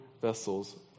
vessels